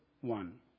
one